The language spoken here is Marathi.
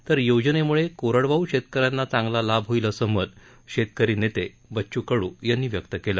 तर योजनेमुळे कोरडवाहू शेतकऱ्यांना चांगला लाभ होईल असं मत शेतकरी नेते बच्चू कडू यांनी व्यक्त केलं